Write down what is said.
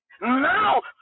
now